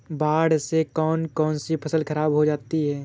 बाढ़ से कौन कौन सी फसल खराब हो जाती है?